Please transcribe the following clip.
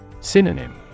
Synonym